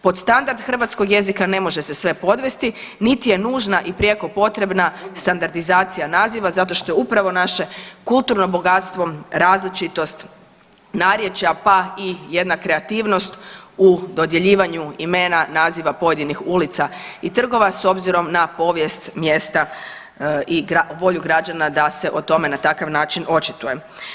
Pod standard hrvatskog jezika ne može se sve podvesti niti je nužna i prijeko potrebna standardizacija naziva zato što je upravo naše kulturno bogatstvo, različitost narječja pa i jedna kreativnost u dodjeljivanju imena naziva pojedinih ulica i trgova s obzirom na povijest mjesta i volju građana da se o tome na takav način očituje.